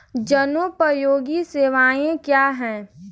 जनोपयोगी सेवाएँ क्या हैं?